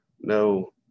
No